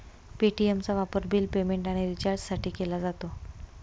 पे.टी.एमचा वापर bill payment आणि रिचार्जसाठी केला जातो